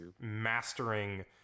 mastering